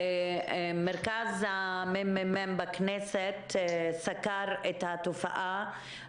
מרכז המחקר והמידע בכנסת סקר את התופעה